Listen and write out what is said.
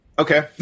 Okay